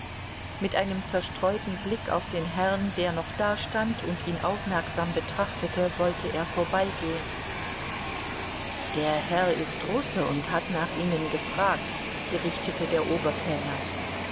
mit einem zerstreuten blick auf den herrn der noch dastand und ihn aufmerksam betrachtete wollte er vorbeigehen der herr ist russe und hat nach ihnen gefragt berichtete der oberkellner